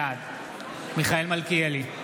בעד מיכאל מלכיאלי,